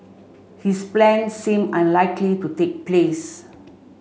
his plans seem unlikely to take place